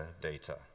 data